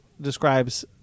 describes